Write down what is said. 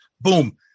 Boom